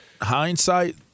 hindsight